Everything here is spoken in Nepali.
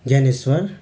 ज्ञानेश्वर